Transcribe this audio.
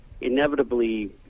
inevitably